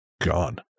gone